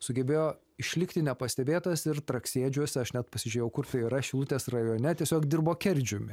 sugebėjo išlikti nepastebėtas ir traksėdžiuose aš net pasižiūrėjau kur tai yra šilutės rajone tiesiog dirbo kerdžiumi